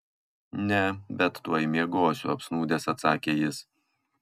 ne bet tuoj miegosiu apsnūdęs atsakė jis